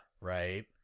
Right